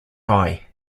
eye